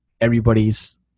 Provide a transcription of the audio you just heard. everybody's